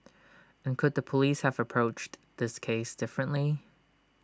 and could the Police have approached this case differently